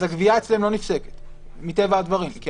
מטבע הדברים הגבייה אצלן לא נפסקת,